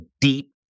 deep